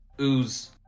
ooze